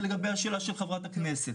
זה לגבי השאלה של חברת הכנסת.